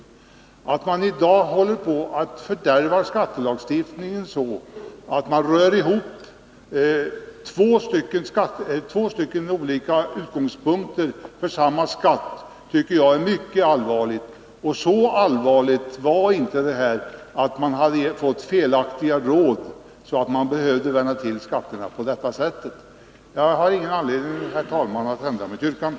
Jag tycker det är mycket allvarligt att man i dag håller på att fördärva skattelagstiftningen genom att röra ihop två olika utgångspunkter för samma skatt. Det faktum att några har fått felaktiga råd är inte så allvarligt att man behöver vända till skatterna på detta sätt. Jag har ingen anledning, herr talman, att ändra mitt yrkande.